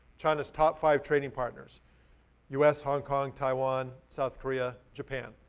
china's top five trading partners us, hong kong, taiwan, south korea, japan.